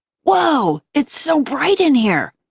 whoa, it's so bright in here!